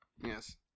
Yes